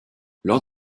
lors